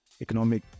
economic